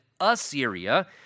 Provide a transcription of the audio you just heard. Assyria